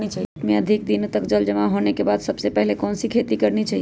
खेत में अधिक दिनों तक जल जमाओ होने के बाद सबसे पहली कौन सी खेती करनी चाहिए?